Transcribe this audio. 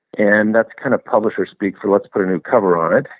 and that's kind of publisher speak for let's put a new cover on it.